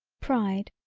pride,